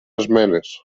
esmenes